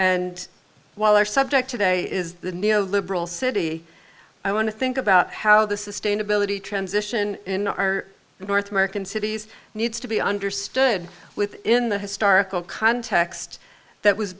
and while our subject today is the neo liberal city i want to think about how the sustainability transition in our north american cities needs to be understood within the historical context that was